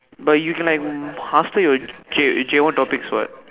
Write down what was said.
but you can like after your J J-one topics what